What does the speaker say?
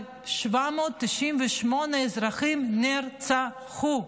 אבל 798 אזרחים נרצחו.